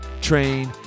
train